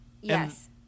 Yes